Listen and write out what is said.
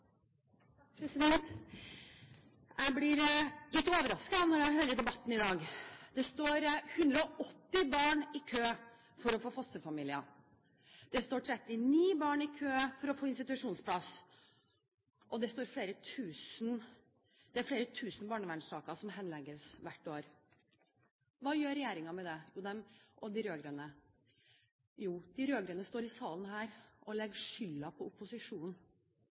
Jeg blir litt overrasket når jeg hører debatten i dag. Det står 180 barn i kø for å få fosterfamilie. Det står 39 barn i kø for å få institusjonsplass, og det er flere tusen barnevernssaker som henlegges hvert år. Hva gjør regjeringen og de rød-grønne med det? Jo, de rød-grønne står her i salen og legger skylden på opposisjonen,